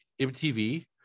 MTV